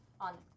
on